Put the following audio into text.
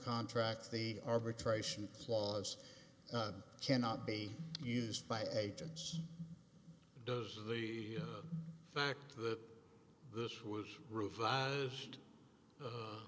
contracts the arbitration clause cannot be used by agents does the fact that this was revised